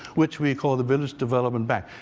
which we call the village development bank.